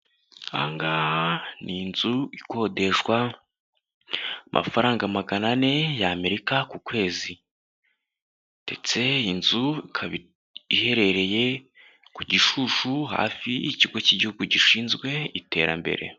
Ahangaha ni inzu ikodeshwa amafaranga magana ane ya amerika ku kwezi ndetse iyi nzu iherereye ku Gishushu hafi y'ikigo cy'igihugu gishinzwe iterambere.